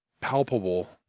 palpable